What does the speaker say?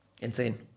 Insane